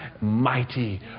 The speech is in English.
mighty